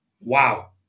wow